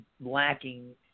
lacking –